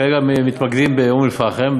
כרגע מתמקדים באום-אלפחם,